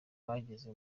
bageze